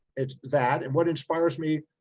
it's that. and what inspires me,